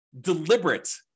deliberate